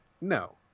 no